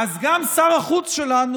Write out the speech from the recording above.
אז גם שר החוץ שלנו,